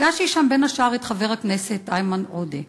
פגשתי שם, בין השאר, את חבר הכנסת איימן עודה.